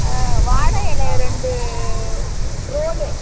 வாழை எலை ரெண்டு ரோலு